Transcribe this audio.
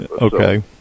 Okay